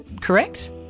correct